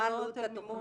מה עלות התכנית?